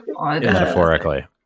Metaphorically